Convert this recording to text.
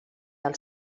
del